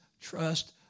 trust